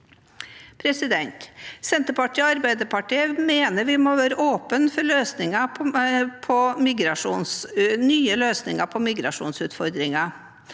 Senterpartiet og Arbeiderpartiet mener vi må være åpne for nye løsninger på migrasjonsutfordringene,